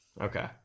Okay